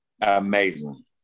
amazing